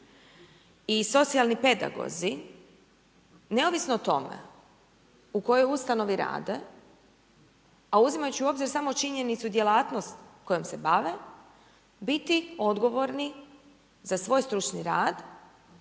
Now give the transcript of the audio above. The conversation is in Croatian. i socijalni pedagozi, neovisno o tome, u kojoj ustanovi rade, a uzimajući u obzir samo činjenicu djelatnost kojom se bave biti odgovorni za svoj stručni rad